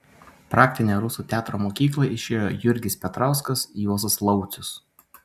praktinę rusų teatro mokyklą išėjo jurgis petrauskas juozas laucius